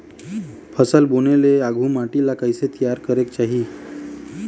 फसल बुने ले आघु माटी ला कइसे तियार करेक चाही?